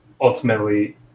ultimately